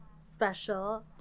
special